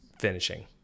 finishing